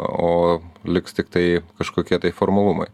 o liks tiktai kažkokie tai formalumai